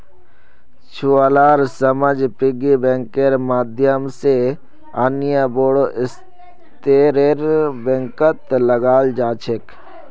छुवालार समझ पिग्गी बैंकेर माध्यम से अन्य बोड़ो स्तरेर बैंकत लगाल जा छेक